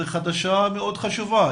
זו חדשה מאוד חשובה,